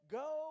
go